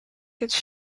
quatre